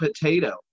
potato